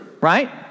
right